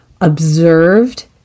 observed